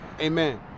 Amen